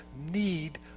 need